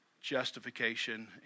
justification